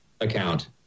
account